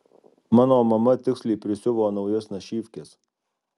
mano mama tiksliai prisiuvo naujas našyvkes